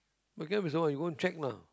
my cap is on you go and check lah